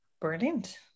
brilliant